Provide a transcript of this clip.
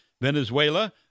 Venezuela